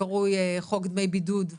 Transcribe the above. שנקרא "חוק דמי בידוד לעצמאים"